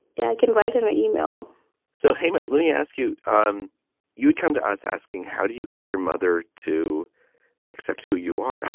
yeah, i can write an an email so, hey, matt, let me ask you. um you would come to us asking, how do you get your mother to accept who you are?